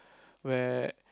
where